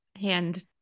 hand